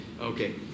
Okay